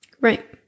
Right